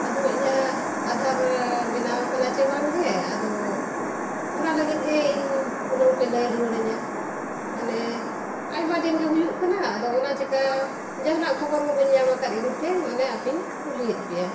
ᱟᱫᱚ ᱤᱧᱟᱹᱜ ᱟᱫᱷᱟᱨ ᱵᱮᱱᱟᱣ ᱠᱟᱱᱟ ᱥᱮ ᱵᱟᱝᱜᱮ ᱟᱫᱚ ᱚᱱᱟ ᱞᱟᱹᱜᱤᱫᱜᱮ ᱤᱧ ᱦᱩᱱᱟᱹᱝ ᱯᱮ ᱞᱟᱹᱭ ᱨᱩᱣᱟᱹᱲᱟᱹᱧᱟᱹ ᱢᱟᱱᱮ ᱟᱭᱢᱟ ᱫᱤᱱᱜᱮ ᱦᱩᱭᱩᱜ ᱠᱟᱱᱟ ᱟᱫᱚ ᱚᱱᱟ ᱪᱤᱠᱟᱹ ᱡᱟᱦᱟᱱᱟᱜ ᱠᱷᱚᱵᱚᱨ ᱦᱚᱸ ᱵᱟᱹᱧ ᱧᱟᱢ ᱟᱠᱟᱫ ᱤᱫᱤᱛᱮ ᱢᱟᱱᱮ ᱟᱯᱮᱧ ᱠᱩᱞᱤᱭᱮᱫ ᱯᱮᱭᱟ